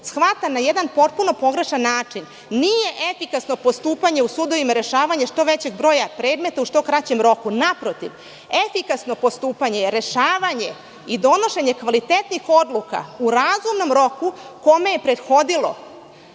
shvata na potpuno pogrešan način. Nije efikasno postupanje u sudovima rešavanje što većeg broja predmeta u što kraćem roku. Naprotiv, efikasno postupanje je rešavanje i donošenje kvalitetnih odluka u razumnom roku kome je prethodilo